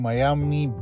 Miami